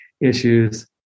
issues